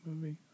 movie